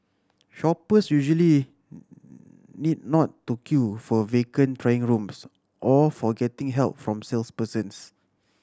shoppers usually need not to queue for vacant trying rooms or for getting help from salespersons